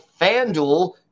FanDuel